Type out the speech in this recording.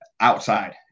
outside